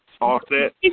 Offset